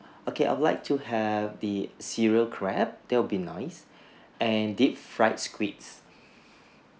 okay I would like to have the cereal crab that would be nice and deep fried squids